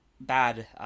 bad